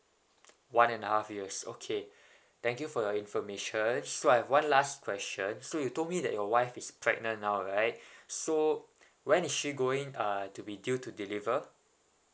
one and a half years okay thank you for your information so I have one last question so you told me that your wife is pregnant now right so when is she going uh to be due to deliver